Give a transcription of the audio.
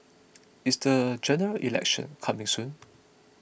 is the General Election coming soon